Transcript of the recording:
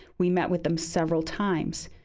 we met with them several times.